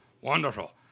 Wonderful